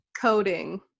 Coding